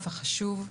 החשוב.